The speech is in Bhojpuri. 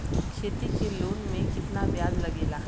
खेती के लोन में कितना ब्याज लगेला?